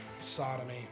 Sodomy